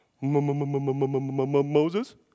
Moses